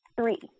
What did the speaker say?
three